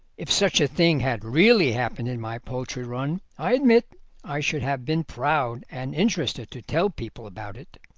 if such a thing had really happened in my poultry-run i admit i should have been proud and interested to tell people about it.